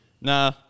Nah